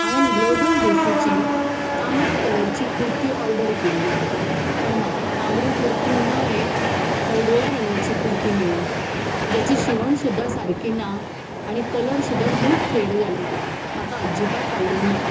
हांवेन ग्लोबल देसीची तांबड्या कलरची कुर्ती ऑर्डर केल्ली पूण म्हाका तांबडी कुर्ती न येतां हळदुव्या रंगाची कुर्ती मेळ्ळी जेची शिवण सुद्दां सारकी ना आनी कलर सुद्दां खूब फेड जाला म्हाका अज्जीबात आवडूंक ना